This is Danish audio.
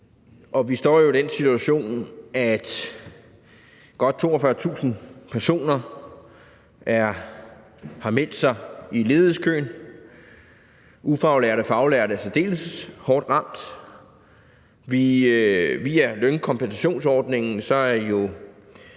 Vi står jo i den situation, at godt 42.000 personer har meldt sig i ledighedskøen, ufaglærte og faglærte er særdeles hårdt ramt. Via lønkompensationsordningen er